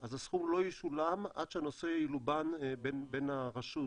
אז הסכום לא ישולם עד שהנושא ילובן בין הרשות